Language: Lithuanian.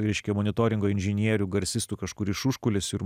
vyriškio monitoringo inžinierių garsistų kažkur iš užkulisių ir